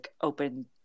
open